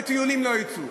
לטיולים לא יצאו.